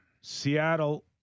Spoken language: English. Seattle